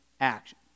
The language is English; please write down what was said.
action